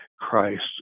Christ